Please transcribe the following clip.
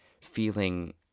feeling